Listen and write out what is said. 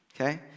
Okay